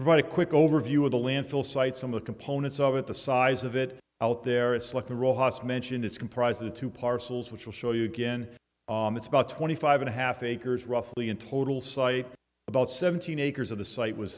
a quick overview of the landfill site some of the components of it the size of it out there it's like the rojas mentioned is comprised of two parcels which will show you again it's about twenty five and a half acres roughly in total site about seventeen acres of the site was